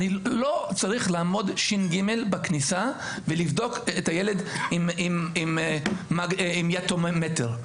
אני לא צריך לעמוד ש"ג בכניסה ולבדוק את הילד אם יתום עם מגנומטר.